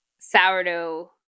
sourdough